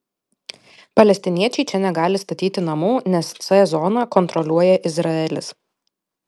palestiniečiai čia negali statyti namų nes c zoną kontroliuoja izraelis